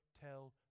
tell